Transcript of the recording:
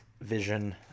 vision